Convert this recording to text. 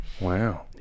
Wow